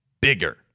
bigger